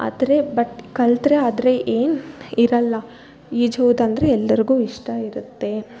ಆದರೆ ಬಟ್ ಕಲಿತ್ರೆ ಆದರೆ ಏನು ಇರಲ್ಲ ಈಜುವುದಂದರೆ ಎಲ್ಲರಿಗು ಇಷ್ಟ ಇರುತ್ತೆ